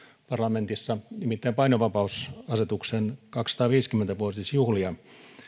parlamentissa nimittäin painovapausasetuksen kaksisataaviisikymmentä vuotisjuhlasta